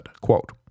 quote